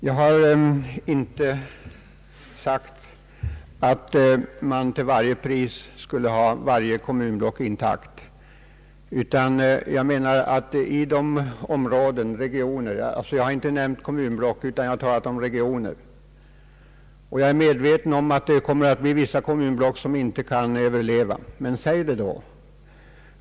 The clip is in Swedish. Jag har inte påstått att man till varje pris skulle hålla varje kommunblock intakt. Jag har inte nämnt kommunblock utan har talat om regioner. Jag är medveten om att vissa kommunblock inte kan överleva, men säg det då!